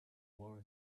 war